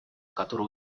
который